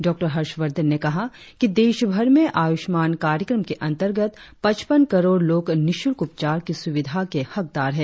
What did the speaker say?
doctor Harshvardhan ने कहा कि देशभर में आयुष्मान कार्यक्रम के अंतर्गत पच्चपन करोड़ लोग निशुल्क उपचार की सुविधा के हकदार हैं